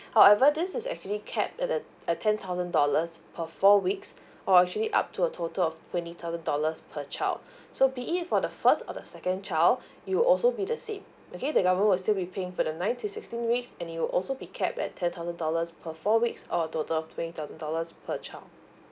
however this is actually capped at the at ten thousand dollars per four weeks or actually up to a total of twenty thousand dollars per child so be it for the first or the second child you'll also be the same okay the government will still be paying for the nine to sixteen weeks and it will also be capped at ten thousand dollars per four weeks or a total of twenty thousand dollars per child